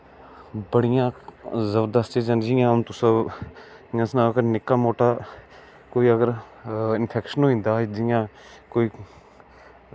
बड़ियां जबरदस्त चीज़ां न जियां हून तुस एह् सनाओ की निक्का मुट्टा कोई अगर इंफैक्शन होई जंदा जियां कोई